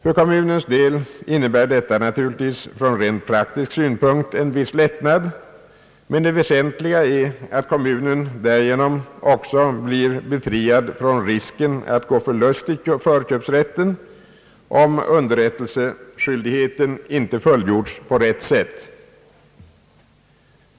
För kommunens del innebär detta naturligtvis från rent praktisk synpunkt en viss lättnad, men det väsentliga är att kommunen därigenom befrias från risken att gå förlustig inköpsrätten om underrättelseskyldigheten = inte = fullgjorts på rätt sätt.